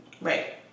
Right